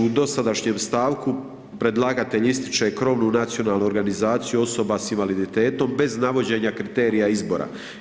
U dosadašnjem stavku, predlagatelj ističe krovnu nacionalnu organizaciju osoba s invaliditetom, bez navođenja kriterija izbora.